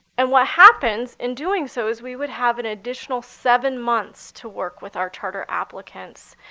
and what happens in doing so is, we would have an additional seven months to work with our charter applicants,